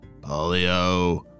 Polio